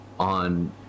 on